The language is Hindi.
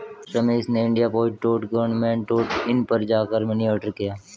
रमेश ने India post dot government dot in पर जा कर मनी ऑर्डर किया